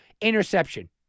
interception